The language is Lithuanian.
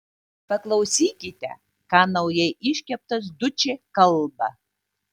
paklausykite ką naujai iškeptas dučė kalba